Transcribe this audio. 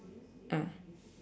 ah